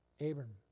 Abram